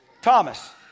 Thomas